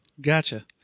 gotcha